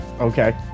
okay